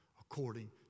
according